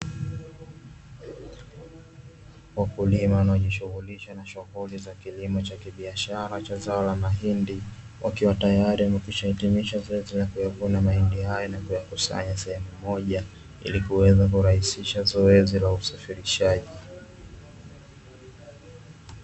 Wakulima wanaojishughulisha na shughuli za kilimo cha kibiashara cha zao la mahindi, wakiwa tayari yamekwisha hitimisha zoezi la kuyavuna mahindi hayo na kuyakusanya sehemu moja, ili kuweza kurahisisha zoezi la usafirishaji.